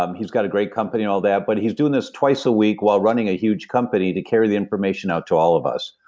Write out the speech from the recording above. um he's got a great company and all of that, but he's doing this twice a week while running a huge company to carry the information out to all of us.